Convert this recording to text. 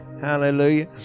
Hallelujah